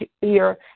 fear